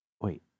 Wait